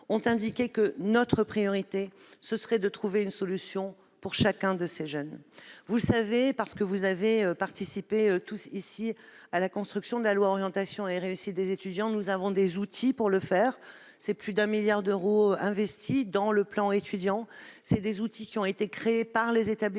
ont indiqué que notre priorité serait de trouver une solution pour chacun de ces jeunes. Vous le savez, puisque vous avez tous, ici, participé à la construction de la loi Orientation et réussite des étudiants : nous avons des outils à cette fin. Plus d'un milliard d'euros sont investis dans le plan Étudiants, et des outils ont été créés par les établissements